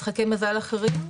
משחקי מזל אחרים.